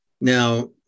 Now